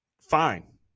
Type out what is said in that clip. fine